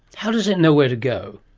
how does it know where to go?